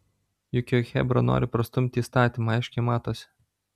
juk jo chebra nori prastumti įstatymą aiškiai matosi